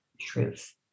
truth